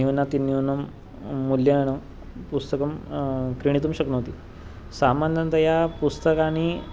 न्यूनातिन्यूनं मूल्यानि पुस्तकं क्रेतुं शक्नोति सामान्यतया पुस्तकानि